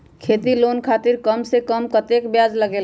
खेती लोन खातीर कम से कम कतेक ब्याज लगेला?